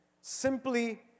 simply